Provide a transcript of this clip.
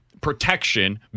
protection